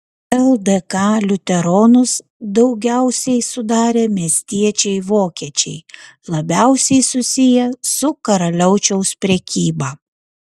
ldk liuteronus daugiausiai sudarė miestiečiai vokiečiai labiausiai susiję su karaliaučiaus prekyba